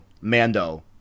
Mando